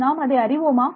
நாம் அதை அறிவோமா